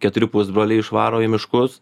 keturi pusbroliai išvaro į miškus